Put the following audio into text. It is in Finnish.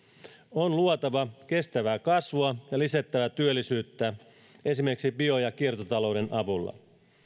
on luotava kestävää kasvua ja lisättävä työllisyyttä esimerkiksi bio ja kiertotalouden avulla